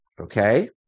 Okay